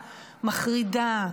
מחרידה,